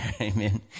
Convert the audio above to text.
amen